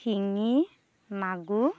শিঙি মাগুৰ